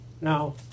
Now